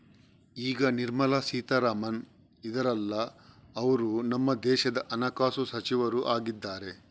ಈಗ ನಿರ್ಮಲಾ ಸೀತಾರಾಮನ್ ಇದಾರಲ್ಲ ಅವ್ರು ನಮ್ಮ ದೇಶದ ಹಣಕಾಸು ಸಚಿವರು ಆಗಿದ್ದಾರೆ